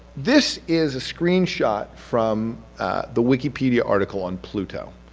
this is a screenshot from the wikipedia article on pluto,